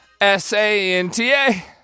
S-A-N-T-A